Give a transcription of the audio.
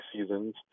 seasons